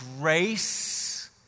grace